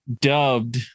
dubbed